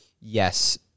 Yes